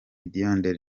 diendéré